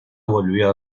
volvió